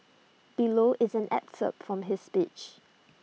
below is an excerpt from his speech